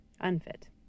Unfit